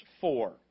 four